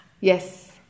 yes